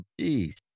Jeez